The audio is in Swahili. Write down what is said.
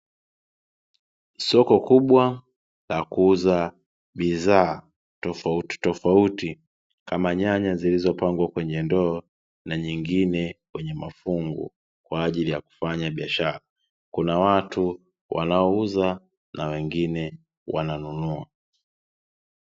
Soko kubwa la kuuza bidhaa tofautitofauti kama nyanya zilizopangwa kwenye ndoo, na nyingine kwenye mafungu kwa ajili ya kufanya biashara. Kuna watu wanaouza na wengine wananunua.